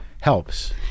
helps